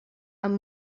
amb